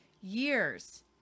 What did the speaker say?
years